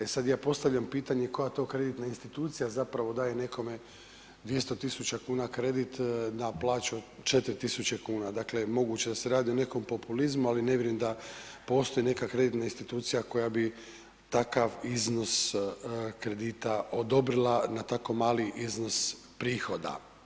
E sad, ja postavljam pitanje koja to kreditna institucija zapravo daje nekome 200 tisuća kuna kredit na plaću 4 tisuće kuna, dakle, moguće da se radi o nekom populizmu, ali ne vjerujem da postoji neka kreditna institucija koja bi takav iznos kredita odobrila na tako mali iznos prihoda.